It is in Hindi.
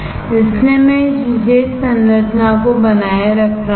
इसलिए मैं इस विशेष संरचना को बनाए रख रहा हूं